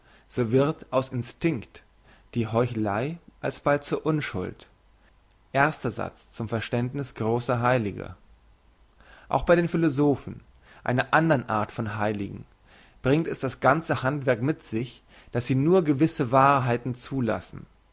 so wird aus instinkt die heuchelei alsbald zur unschuld erster satz zum verständniss grosser heiliger auch bei den philosophen einer andren art von heiligen bringt es das ganze handwerk mit sich dass sie nur gewisse wahrheiten zulassen